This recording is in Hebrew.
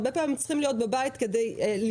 הרבה פעמים הם צריכים להיות בבית כדי להיות